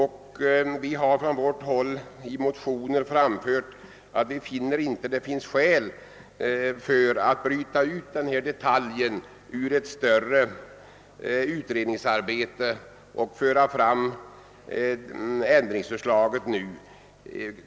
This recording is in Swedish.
Vi har från vårt håll i motionen anfört att det inte finns skäl för att bryta ut denna detalj ur ett större utredningsarbete och föra fram ändringsförslaget.